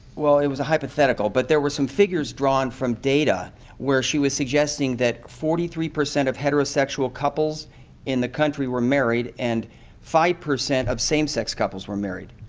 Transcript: it was a hypothetical, but there were some figures drawn from data where she was suggesting that forty three percent of heterosexual couples in the country were married and five percent of same-sex couples were married.